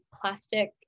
plastic